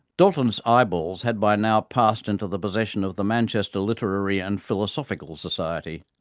dalton's eyeballs had by now passed into the possession of the manchester literary and philosophical society.